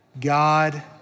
God